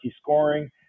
scoring